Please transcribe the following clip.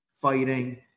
fighting